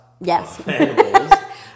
Yes